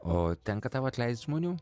o tenka tau atleist žmonių